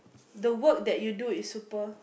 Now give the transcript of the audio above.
the work that you do is super